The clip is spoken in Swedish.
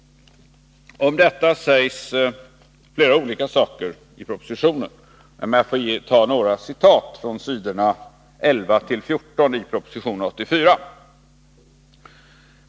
Om detta sägs flera olika saker i propositionen. Låt mig ta några citat från s. 11-14 i proposition 84.